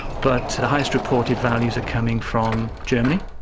but the highest reported values are coming from germany,